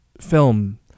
film